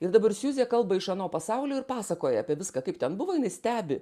ir dabar siuzė kalba iš ano pasaulio ir pasakoja apie viską kaip ten buvo jinai stebi